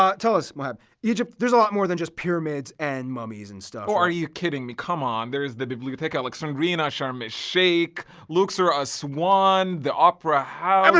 um tell us, mohab, egypt, there's a lot more than just pyramids and mummies and stuff. oh, are you kidding me, come on. there's the bibliotheca alexandrina, sharm el-sheikh, luxor, aswan, the opera house.